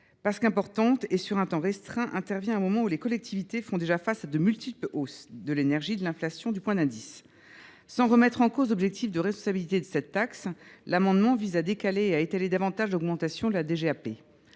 sèche – importante et sur un temps restreint – intervient à un moment où les collectivités font déjà face à de multiples hausses, qu’il s’agisse de l’énergie, de l’inflation ou du point d’indice. Sans remettre en cause l’objectif de responsabilisation de cette taxe, le présent amendement vise à décaler et à étaler davantage l’augmentation de la TGAP.